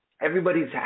everybody's